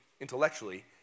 intellectually